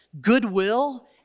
goodwill